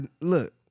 look